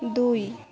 ଦୁଇ